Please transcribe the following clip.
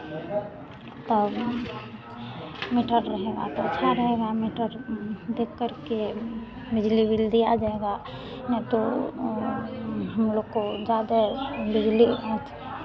तब मीटर रहेगा तो अच्छा रहेगा मीटर देखकर के बिजली बिल दिया जएगा नहीं तो हम लोग को ज़्यादे बिजली अथि